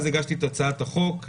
אז הגשתי את הצעת החוק,